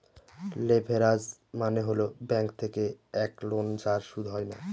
leverage মানে হল bank থেকে এক লোন যার সুদ হয় না